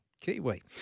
Kiwi